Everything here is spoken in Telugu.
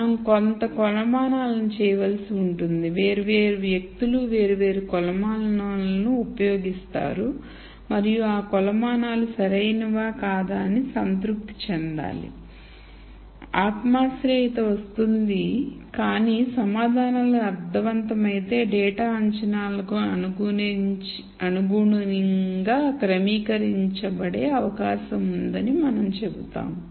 మనం కొంత కొలమానాలను చేయవలసి ఉంటుంది వేర్వేరు వ్యక్తులు వేర్వేరు కొలమానాలను ఉపయోగిస్తారు మరియు ఆ కొలమానాలు సరి అయినవి అయినవా కాదా అని సంతృప్తి చెందాలి ఆత్మాశ్రయత వస్తుంది కానీ సమాధానాలు అర్ధవంతమైతే డేటా అంచనాలకు అనుగుణంగా క్రమీకరించబడే అవకాశం ఉందని మనం చెబుతాము